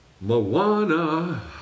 Moana